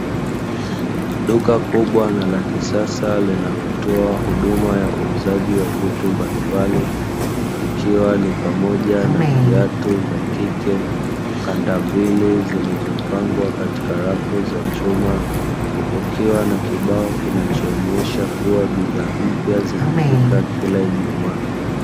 Duka kubwa na la kisasa linalotoa huduma ya uuzaji wa vitu mbalimbali, ikiwa ni pamoja na viatu vya kike, kandambili zilizopangwa katika rafu za chuma, kukiwa na kibao kinachoonyesha kuwa bidhaa mpya zinafika kila ijumaa.